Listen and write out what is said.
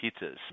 pizzas